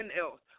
else